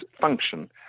function